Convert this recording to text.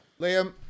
Liam